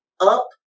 up